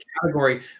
category